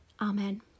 Amen